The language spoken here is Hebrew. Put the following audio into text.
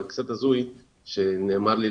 אבל קצת הזוי שנאמר לי,